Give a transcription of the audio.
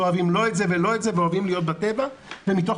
אוהבים לא את זה ולא את זה ואוהבים להיות בטבע ומתוך